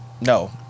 No